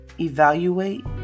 evaluate